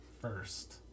first